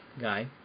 guy